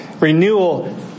Renewal